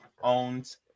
owns